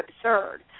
absurd